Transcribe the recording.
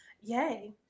Yay